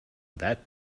that